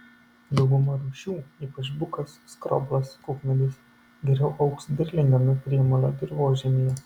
dauguma rūšių ypač bukas skroblas kukmedis geriau augs derlingame priemolio dirvožemyje